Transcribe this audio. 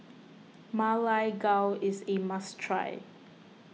Ma Lai Gao is a must try